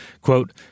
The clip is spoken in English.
Quote